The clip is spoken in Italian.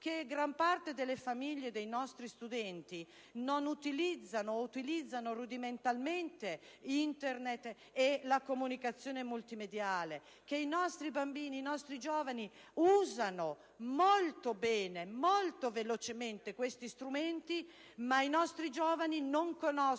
che gran parte delle famiglie dei nostri studenti non utilizza, o utilizza rudimentalmente, Internet e la comunicazione multimediale, e che i nostri giovani usano molto bene e velocemente questi strumenti, ma non conoscono